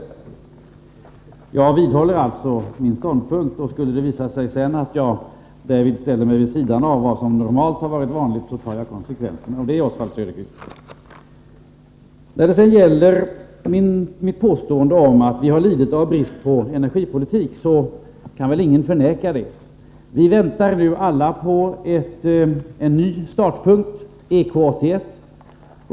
Jag vidhåller alltså min ståndpunkt. Skulle det sedan visa sig att jag därvid ställer mig vid sidan av vad som har varit normalt och vanligt, tar jag konsekvenserna av det, Oswald Söderqvist. När det gäller mitt påstående att vi har lidit brist på energipolitik, kan väl ingen förneka detta. Vi väntar nu alla på en ny startpunkt, EK 81.